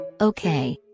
Okay